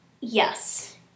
Yes